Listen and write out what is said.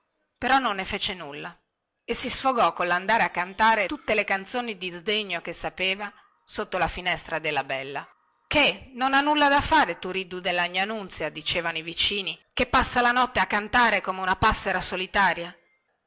però non ne fece nulla e si sfogò collandare a cantare tutte le canzoni di sdegno che sapeva sotto la finestra della bella che non ha nulla da fare turiddu della gnà nunzia dicevano i vicini che passa la notte a cantare come una passera solitaria